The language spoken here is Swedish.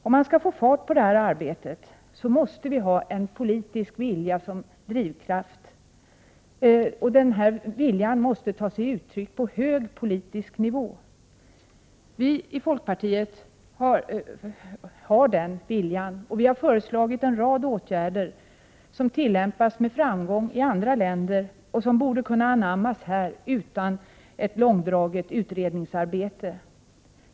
Om man skall få fart på det här arbetet, måste det finnas en politisk vilja som drivkraft. Denna vilja måste komma till uttryck på hög politisk nivå. Vi i folkpartiet har den viljan och vi har också föreslagit att en rad åtgärder skall vidtas som redan har stor framgång i andra — Prot. 1988/89:105 länder — något som vi alltså borde kunna ta efter här utan att det för den skull 27 april 1989 behövs ett långdraget utredningsarbete.